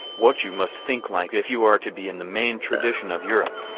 what you must think like if you are to be in the main tradition of europe.